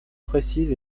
précises